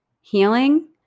Healing